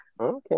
Okay